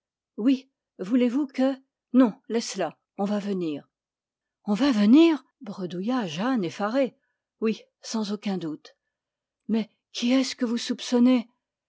oui voulez-vous que non laisse-la on va venir on va venir bredouilla jeanne effarée oui sans aucun doute mais qui est-ce que vous soupçonnez